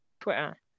Twitter